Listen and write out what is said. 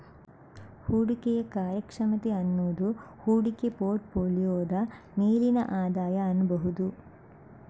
ಹೂಡಿಕೆಯ ಕಾರ್ಯಕ್ಷಮತೆ ಅನ್ನುದು ಹೂಡಿಕೆ ಪೋರ್ಟ್ ಫೋಲಿಯೋದ ಮೇಲಿನ ಆದಾಯ ಅನ್ಬಹುದು